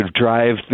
drive